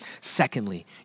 Secondly